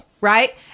Right